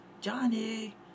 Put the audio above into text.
Johnny